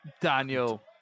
Daniel